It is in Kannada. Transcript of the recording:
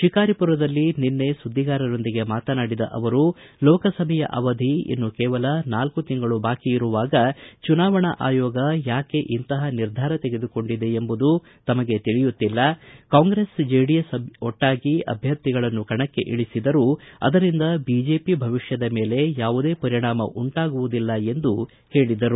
ಶಿಕಾರಿಪುರದಲ್ಲಿ ನಿನ್ನೆ ಸುದ್ದಿಗಾರರೊಂದಿಗೆ ಮಾತನಾಡಿದ ಅವರು ಲೋಕಸಭೆಯ ಅವಧಿ ಇನ್ನು ಕೇವಲ ನಾಲ್ಕು ತಿಂಗಳು ಬಾಕಿಯಿರುವಾಗ ಚುನಾವಣಾ ಆಯೋಗ ಏಕೆ ಇಂತಹ ನಿರ್ಧಾರ ತೆಗೆದುಕೊಂಡಿದೆ ಎಂಬುದು ತಮಗೆ ತಿಳಿಯುತ್ತಿಲ್ಲ ಎಂದ ಯಡಿಯೂರಪ್ಪ ಕಾಂಗ್ರೆಸ್ ಜೆಡಿಎಸ್ ಒಟ್ಷಾಗಿ ಅಭ್ವರ್ಥಿಗಳನ್ನು ಕಣಕ್ಕೆ ಇಳಿಸಿದರೂ ಅದರಿಂದ ಬಿಜೆಪಿ ಭವಿಷ್ಣದ ಮೇಲೆ ಯಾವುದೇ ಪರಿಣಾಮ ಉಂಟಾಗುವುದಿಲ್ಲ ಎಂದು ಹೇಳಿದರು